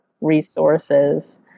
resources